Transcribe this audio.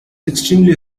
extremely